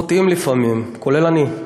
חוטאים לפעמים, כולל אני,